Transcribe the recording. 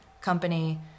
company